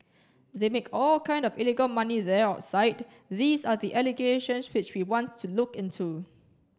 they make all kind of illegal money there outside these are the allegations which we want to look into